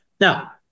Now